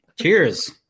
Cheers